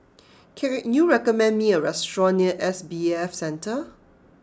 can it you recommend me a restaurant near S B F Centre